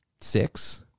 six